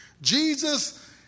Jesus